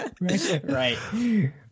Right